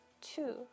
two